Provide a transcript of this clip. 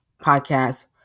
podcast